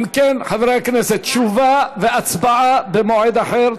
אם כן, חברי הכנסת, תשובה והצבעה במועד אחר.